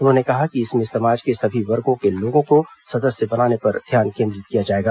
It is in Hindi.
उन्होंने कहा कि इसमें समाज के सभी वर्गो के लोगों को सदस्य बनाने पर ध्यान केन्द्रित किया जाएगा